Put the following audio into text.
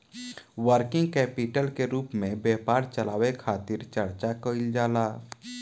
working capital के रूप में व्यापार चलावे खातिर चर्चा कईल जाला